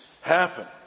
happen